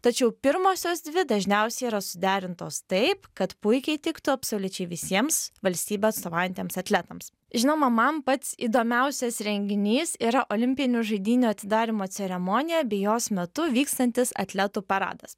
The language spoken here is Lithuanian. tačiau pirmosios dvi dažniausiai yra suderintos taip kad puikiai tiktų absoliučiai visiems valstybei atstovaujantiems atletams žinoma man pats įdomiausias renginys yra olimpinių žaidynių atidarymo ceremonija bei jos metu vykstantis atletų paradas